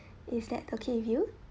is that okay with you